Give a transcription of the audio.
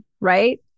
right